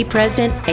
President